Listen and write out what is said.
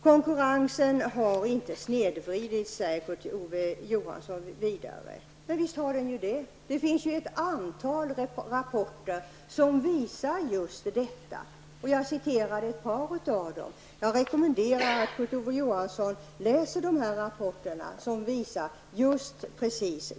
Konkurrensen har inte snedvridits, säger Kurt Ove Johansson vidare. Visst har den det. Det finns ett antal rapporter som visar detta. Jag citerade ett par av dem. Jag rekommenderar Kurt Ove Johansson att läsa rapporterna.